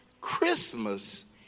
Christmas